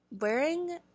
wearing